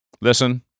Listen